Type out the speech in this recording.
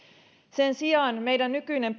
sen sijaan meidän nykyinen